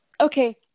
okay